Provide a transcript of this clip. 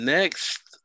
Next